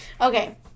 Okay